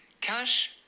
cash